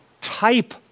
type